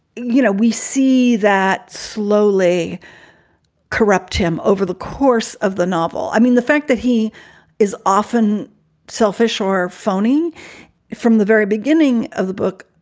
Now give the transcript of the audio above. you know, we see that slowly corrupt him over the course of the novel. i mean, the fact that he is often selfish or phoning from the very beginning of the book,